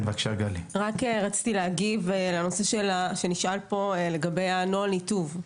רציתי להגיב לגבי נוהל הניתוב.